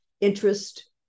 interest